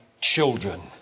children